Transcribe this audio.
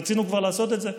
רצינו כבר לעשות את זה,